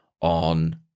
on